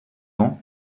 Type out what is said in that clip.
ans